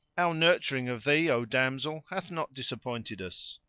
our nurturing of thee, o damsel, hath not disappointed us.